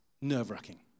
nerve-wracking